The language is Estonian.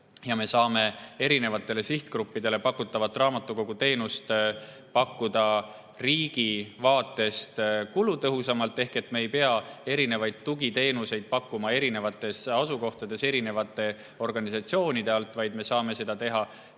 ja me saame erinevatele sihtgruppidele pakutavat raamatukoguteenust pakkuda riigi vaatest kulutõhusamalt ehk ei pea erinevaid tugiteenuseid pakkuma erinevates asukohtades erinevate organisatsioonide poolt, vaid me saame seda teha